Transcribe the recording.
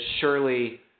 surely